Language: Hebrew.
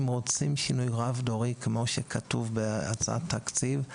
אם רוצים שינוי רב דורי כמו שכתוב בהצעת התקציב,